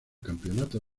campeonato